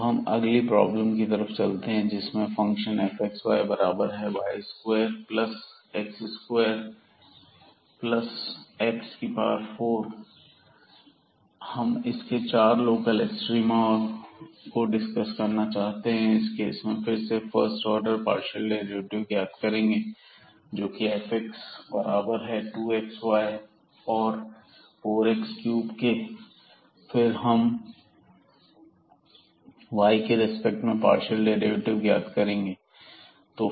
अब हम अगली प्रॉब्लम की तरफ चलते हैं जिसमें फंक्शन fxy बराबर है y square plus x square y plus x 4 हम इसके 4 लोकल एक्सट्रीमा को डिस्कस करना चाहते हैं इस केस में फिर से हम फर्स्ट ऑर्डर पार्शियल डेरिवेटिव ज्ञात करेंगे जोकि fxबराबर है 2 xy और 4 x3 के फिर हम y के रिस्पेक्ट में पार्शियल डेरिवेटिव ज्ञात करेंगे